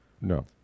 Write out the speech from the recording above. No